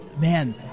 man